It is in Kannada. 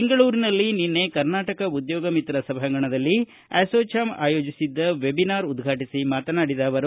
ಬೆಂಗಳೂರಿನಲ್ಲಿ ನಿನ್ನೆ ಕರ್ನಾಟಕ ಉದ್ಯೋಗ ಮಿತ್ರ ಸಭಾಂಗಣದಲ್ಲಿ ಅಸೋಚಾಮ್ ಆಯೋಜಿಸಿದ್ದ ವೆಬಿನಾರ್ ಉದ್ವಾಟಿಸಿ ಮಾತನಾಡಿದ ಅವರು